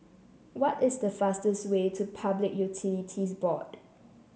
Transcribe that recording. what is the fastest way to Public Utilities Board